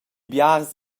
biars